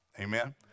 Amen